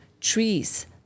trees